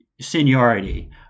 seniority